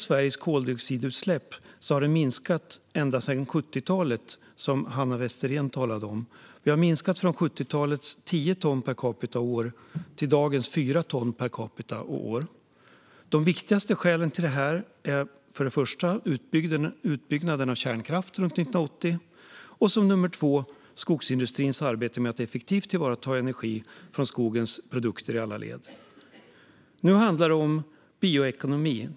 Sveriges koldioxidutsläpp har minskat ända sedan 70-talet, som Hanna Westerén talade om. De har minskat från 70-talets tio ton per capita och år till dagens fyra ton per capita och år. De viktigaste skälen till detta är för det första utbyggnaden av kärnkraften runt 1980 och för det andra skogsindustrins arbete med att effektivt tillvarata energi från skogens produkter i alla led. Nu handlar det om bioekonomi.